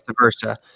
versa